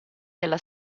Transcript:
della